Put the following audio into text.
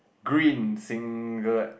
green singlet